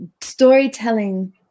storytelling